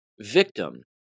victim